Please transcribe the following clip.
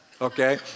Okay